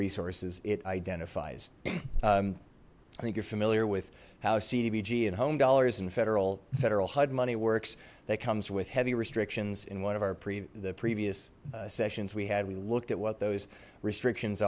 resources it identifies i think you're familiar with how cdbg and home dollars and federal federal hud money works that comes with heavy restrictions in one of our pre the previous sessions we had we looked at what those restrictions